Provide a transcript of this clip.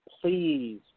please